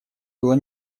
было